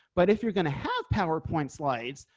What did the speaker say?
but if you're going to have powerpoint slides,